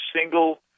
single